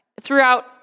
throughout